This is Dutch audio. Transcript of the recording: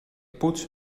poets